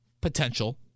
potential